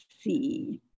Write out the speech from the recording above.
see